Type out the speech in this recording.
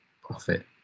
profit